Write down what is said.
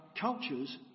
cultures